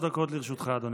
שלוש דקות לרשותך, אדוני.